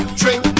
drink